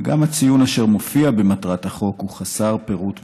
וגם הציון אשר מופיע במטרת החוק הוא חסר פירוט ונימוק.